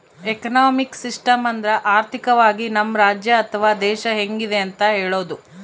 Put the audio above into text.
economic system ಅಂದ್ರ ಆರ್ಥಿಕವಾಗಿ ನಮ್ ರಾಜ್ಯ ಅಥವಾ ದೇಶ ಹೆಂಗಿದೆ ಅಂತ ಹೇಳೋದು